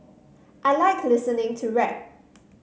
I like listening to rap